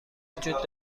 وجود